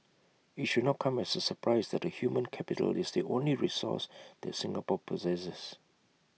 IT should not come as A surprise that the human capital is the only resource that Singapore possesses